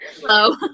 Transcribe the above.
Hello